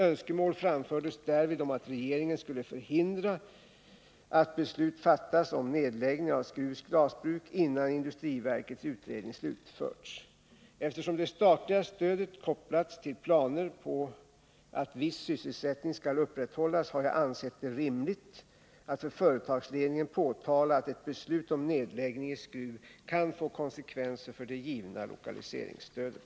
Önskemål framfördes därvid om att regeringen skall förhindra att beslut fattas om nedläggning av Skrufs Glasbruk innan industriverkets utredning slutförts. Eftersom det statliga stödet kopplats till planer på att viss sysselsättning skall upprätthållas, har jag ansett det rimligt att för företagsledningen påtala att ett beslut om nedläggning i Skruv kan få konsekvenser för det givna lokaliseringsstödet.